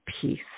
peace